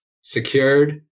secured